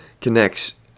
connects